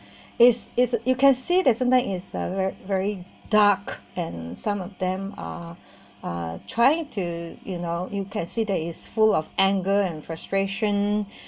it's it's you can see that somebody is a very dark and some of them are are trying to you know you can see there is full of anger and frustration